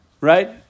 Right